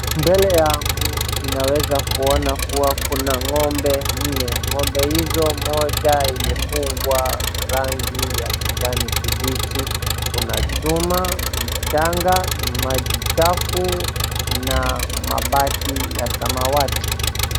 Mbele yangu ninaweza kuona kuwa kuna ng'ombe nne, ng'ombe hizo moja imefungwa rangi ya kijani kibichi, kuna chuma, mchanga, maji chafu na mabaki ya samawati.